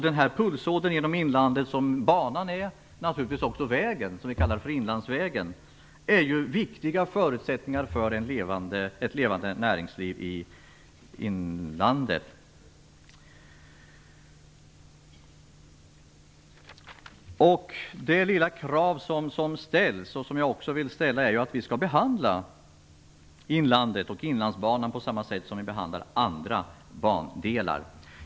Den här pulsådern genom inlandet som banan och naturligtvis även vägen, som vi kallar för inlandsvägen, utgör är viktiga förutsättningar för ett levande näringsliv i inlandet. Det lilla krav som ställs, och som jag också vill ställa, är att vi skall behandla inlandet och Inlandsbanan på samma sätt som vi behandlar andra bandelar.